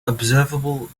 observable